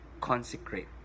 consecrate